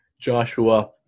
Joshua